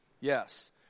Yes